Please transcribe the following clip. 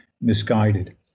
misguided